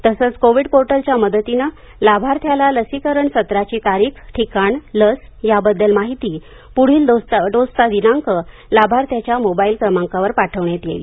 तसंच कोविड पोर्टलच्या मदतीनं लाभार्थ्याला लसीकरण सत्राची तारिखठिकाण लस याबद्दल माहिती पुढील डोसचा दिनांक लाभार्थ्याच्या मोबाईल क्रमांकावर पाठवण्यात येईल